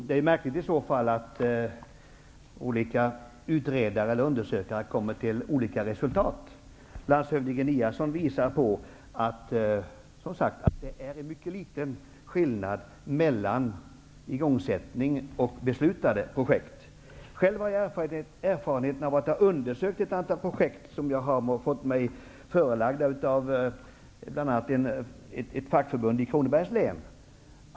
Herr talman! Det är i så fall märkligt att olika utredare och undersökare kommer till skilda resultat. Landshövding Eliasson visade på att det är mycket liten skillnad mellan igångsatta och beslutade projekt. Jag har själv undersökt ett antal projekt, som jag har fått mig förelagda av bl.a. ett fackförbund i Kronobergs län.